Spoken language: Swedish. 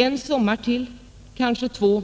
En sommar till, kanske två,